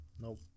Nope